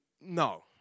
no